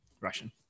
Russian